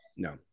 no